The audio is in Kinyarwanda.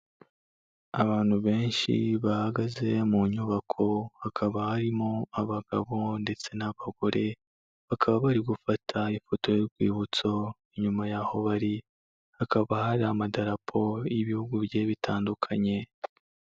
Abantu benshi bahagaze mu nyubako, hakaba harimo abagabo ndetse n'abagore, bakaba bari gufata ifoto y'urwibutso, inyuma y'aho bari hakaba hari amadarapo y'ibihugu bigiye bitandukanye.